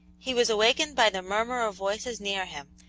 he was awakened by the murmur of voices near him,